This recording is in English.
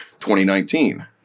2019